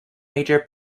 major